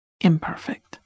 imperfect